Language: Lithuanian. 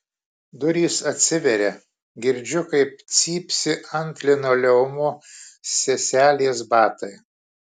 durys atsiveria girdžiu kaip cypsi ant linoleumo seselės batai